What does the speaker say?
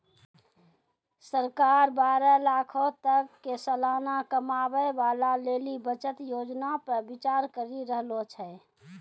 सरकार बारह लाखो तक के सलाना कमाबै बाला लेली बचत योजना पे विचार करि रहलो छै